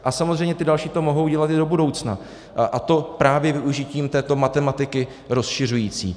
A samozřejmě ty další to mohou dělat i do budoucna, a to právě využitím této matematiky rozšiřující.